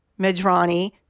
Medrani